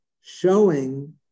showing